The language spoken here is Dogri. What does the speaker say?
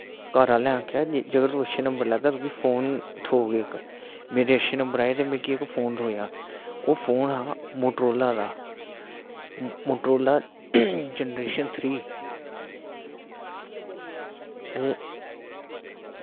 घरें आह्लें आक्खेआ कि अगर तू अच्छे नंबर लैगा तुगी अच्छा फोन थ्होग इक्क मेरे अच्छे नंबर आए ते मिगी इक्क फोन थ्होआ ओह् फोन हा मोटोरोला दा मोटोरोला जनरेशन थ्री ते